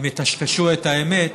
אם יטשטשו את האמת,